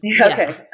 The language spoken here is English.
Okay